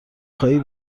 خواهی